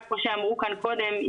כמו שאמרו כאן קודם,